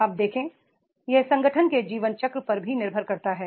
आप देखें यह संगठन के जीवन चक्र पर भी निर्भर करता है